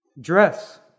Dress